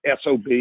SOB